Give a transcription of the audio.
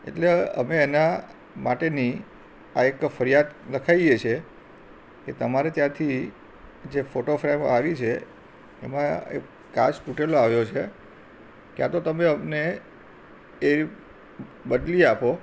એટલે અમે એના માટેની આ એક ફરિયાદ લખાઈએ છીએ કે તમારે ત્યાંથી જે ફોટો ફ્રેમ આવી છે એમાં કાચ તૂટેલો આવ્યો છે ક્યાં તો તમે અમને એ બદલી આપો